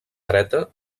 dreta